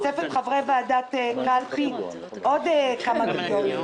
תוספת חברי ועדת קלפי - עוד כמה מיליונים.